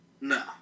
No